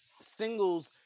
singles